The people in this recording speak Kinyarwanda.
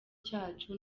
cyacu